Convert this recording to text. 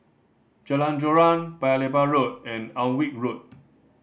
Jalan Joran Paya Lebar Road and Alnwick Road